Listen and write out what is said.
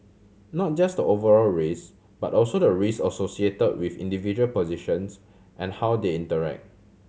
not just the overall risk but also the risk associate with individual positions and how they interact